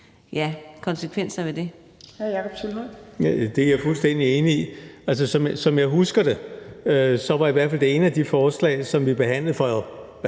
Jakob Sølvhøj (EL): Det er jeg fuldstændig enig i. Som jeg husker det, handlede i hvert fald det ene af de forslag, som vi behandlede for